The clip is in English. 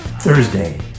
Thursday